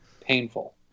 Painful